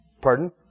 Pardon